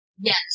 Yes